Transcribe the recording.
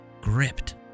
gripped